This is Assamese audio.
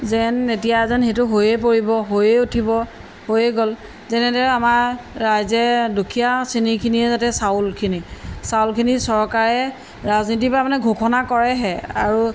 যেন এতিয়া যেন সেইটো হৈয়ে পৰিব হৈয়ে উঠিব হৈয়ে গ'ল যেনেদৰে আমাৰ ৰাইজে দুখীয়া শ্ৰেণীখিনিয়ে যাতে চাউলখিনি চাউলখিনি চৰকাৰে ৰাজনীতিৰ পৰা মানে ঘোষণা কৰেহে আৰু